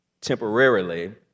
temporarily